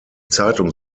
zeitung